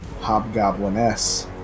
hobgobliness